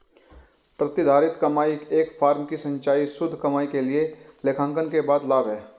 प्रतिधारित कमाई एक फर्म की संचयी शुद्ध कमाई के लिए लेखांकन के बाद लाभ है